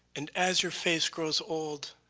and as your face grows old,